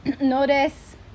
Notice